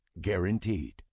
guaranteed